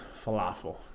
falafel